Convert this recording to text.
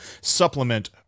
supplement